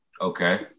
Okay